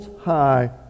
High